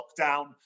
lockdown